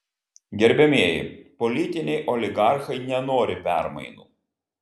gerbiamieji politiniai oligarchai nenori permainų